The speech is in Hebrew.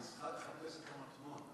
זה משחק "חפש את המטמון".